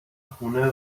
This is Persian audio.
خونه